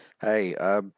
Hey